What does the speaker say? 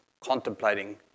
contemplating